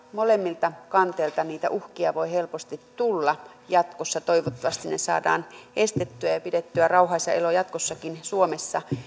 molemmilta kanteilta niitä uhkia voi helposti tulla jatkossa toivottavasti ne saadaan estettyä ja ja pidettyä rauhaisa elo jatkossakin suomessa